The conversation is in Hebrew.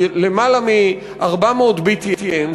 למעלה מ-400 BCM,